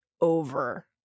over